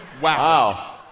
Wow